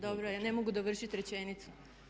Dobro je, ne mogu dovršiti rečenicu.